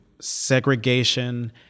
segregation